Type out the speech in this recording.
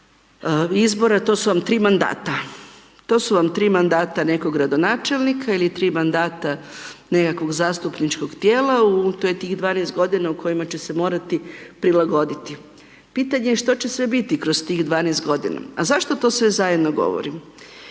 izbora, to su vam tri mandata, to su vam tri mandata nekog gradonačelnika ili tri mandata nekakvog zastupničkog tijela, to je tih 12 godina u kojima će se morati prilagoditi. Pitanje je što će sve biti kroz tih 12 godina. A zašto to sve zajedno govorim?